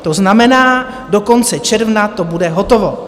To znamená, do konce června to bude hotovo.